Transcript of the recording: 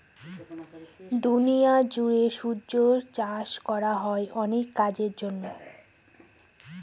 দুনিয়া জুড়ে শুয়োর চাষ করা হয় অনেক কাজের জন্য